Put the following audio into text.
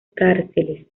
cárceles